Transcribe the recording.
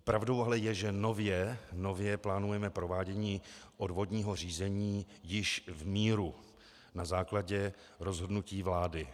Pravdou ale je, že nově plánujeme provádění odvodního řízení již v míru na základě rozhodnutí vlády.